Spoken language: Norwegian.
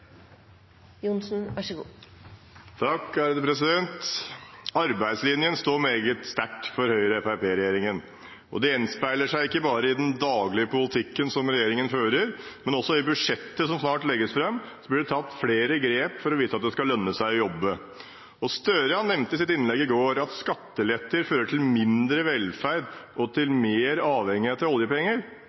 Arbeidslinjen står meget sterkt for Høyre–Fremskrittsparti-regjeringen. Dette gjenspeiler seg ikke bare i den daglige politikken som regjeringen fører, men også i budsjettet som snart legges fram, blir det tatt flere grep for å vise at det skal lønne seg å jobbe. Gahr Støre nevnte i sitt innlegg i går at skatteletter fører til mindre velferd og til mer avhengighet av oljepenger.